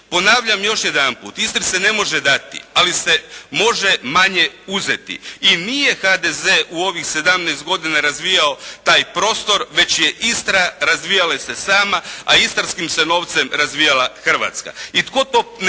Ponavljam još jedanput, Istri se ne može dati, ali se može manje uzeti i nije HDZ u ovih 17 godina razvijao taj prostor već je Istra razvijala se sama, a istarskim se novcem razvijala Hrvatska i tko to ne